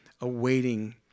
awaiting